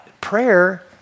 Prayer